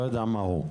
לא משנה מהו.